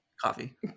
Coffee